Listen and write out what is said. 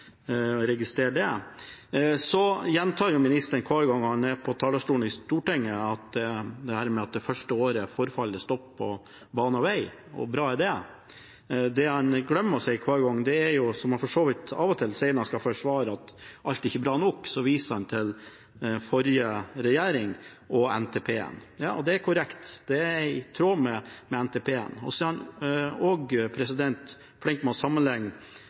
la jeg merke til at ministeren ikke ville si noe om forlengelsen av banene nordover, utover den som går til Bodø, og den som går til Narvik. Jeg registrerer det. Ministeren gjentar hver gang han er på talerstolen i Stortinget, at dette er det første året forfallet stopper på bane og vei, og bra er det. Når han skal forsvare at alt ikke er bra nok, viser han til forrige regjering og NTP-en. Det er korrekt, det er i tråd med NTP-en. Han er også flink til å sammenligne